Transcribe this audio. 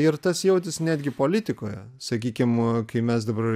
ir tas jautėsi netgi politikoje sakykim kai mes dabar